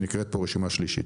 שנקראת פה רשימה שלישית.